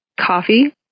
Coffee